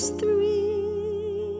three